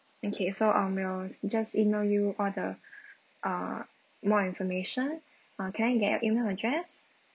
okay so um we'll just email you all the err more information uh can I get your email address